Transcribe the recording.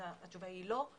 אז התשובה היא לא,